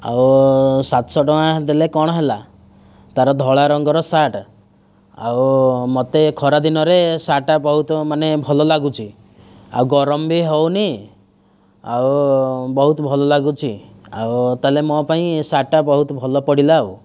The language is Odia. ଆଉ ସାତଶହ ଟଙ୍କା ଦେଲେ କ'ଣ ହେଲା ତା'ର ଧଳା ରଙ୍ଗର ସାର୍ଟ ଆଉ ମୋତେ ଖରା ଦିନରେ ସାର୍ଟଟା ବହୁତ ମାନେ ଭଲ ଲାଗୁଛି ଆଉ ଗରମ ବି ହେଉନି ଆଉ ବହୁତ ଭଲ ଲାଗୁଛି ତା'ହେଲେ ମୋ ପାଇଁ ଏ ସାର୍ଟଟା ବହୁତ ଭଲ ପଡ଼ିଲା ଆଉ